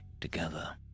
together